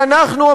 ואנחנו,